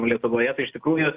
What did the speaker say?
lietuvoje tai iš tikrųjų